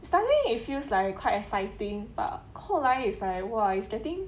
starting it feels like quite exciting but 后来 it's like !wah! is getting